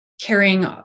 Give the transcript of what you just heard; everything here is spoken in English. carrying